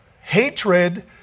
hatred